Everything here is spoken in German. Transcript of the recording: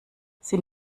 sind